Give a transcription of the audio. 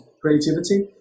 creativity